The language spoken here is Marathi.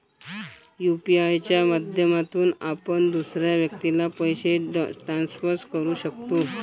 यू.पी.आय च्या माध्यमातून आपण दुसऱ्या व्यक्तीला पैसे ट्रान्सफर करू शकतो